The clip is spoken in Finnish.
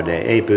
kannatan